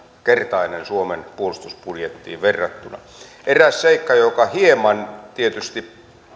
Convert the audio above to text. kertainen suomen puolustusbudjettiin verrattuna eräs seikka joka hieman tietysti